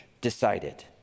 decided